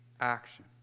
action